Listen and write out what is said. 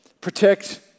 protect